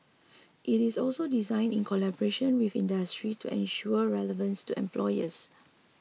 it is also designed in collaboration with industry to ensure relevance to employers